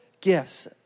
gifts